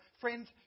friends